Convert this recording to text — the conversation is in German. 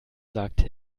sagte